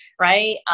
right